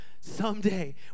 Someday